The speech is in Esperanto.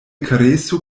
karesu